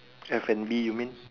F and B you mean